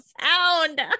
sound